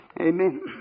Amen